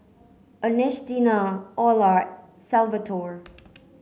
Ernestina Olar Salvatore